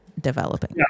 developing